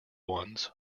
ones